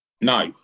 No